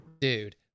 dude